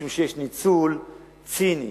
משום שיש ניצול ציני,